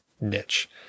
niche